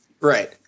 Right